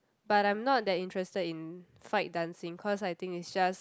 but I'm not that interested in fight dancing cause I think it's just